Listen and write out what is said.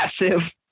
massive